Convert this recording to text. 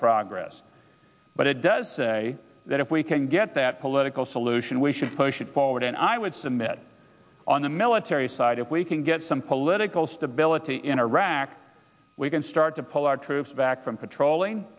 progress but it does say that if we can get that political solution we should push it forward and i would submit on the military side if we can get some political stability in iraq we can start to pull our troops back from patrolling